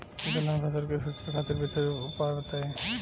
दलहन फसल के सुरक्षा खातिर विशेष उपाय बताई?